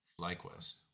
FlyQuest